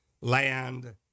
land